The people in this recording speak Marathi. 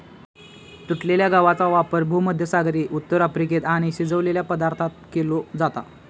तुटलेल्या गवाचो वापर भुमध्यसागरी उत्तर अफ्रिकेत आणि शिजवलेल्या पदार्थांत केलो जाता